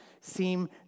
seem